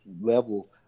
level